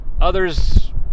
others